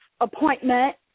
appointment